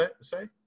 say